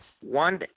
one